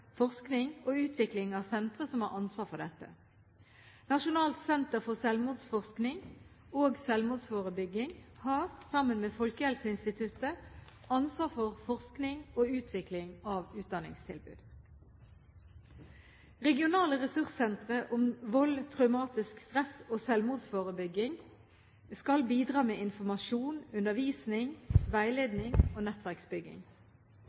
forskning og utvikling av sentre som har ansvar for dette. Nasjonalt senter for selvmordsforskning og -forebygging har, sammen med Folkehelseinstituttet, ansvar for forskning og utvikling av utdanningstilbud. Regionale ressurssentre om vold, traumatisk stress og selvmordsforebygging skal bidra med informasjon, undervisning, veiledning og nettverksbygging.